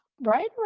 right